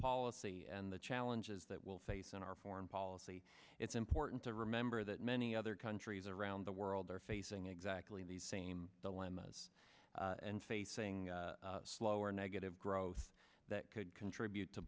policy and the challenges that will face on our foreign policy it's important to remember that many other countries around the world are facing exactly the same dilemma as and facing slower negative growth that could contribute to